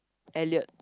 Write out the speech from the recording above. Elliot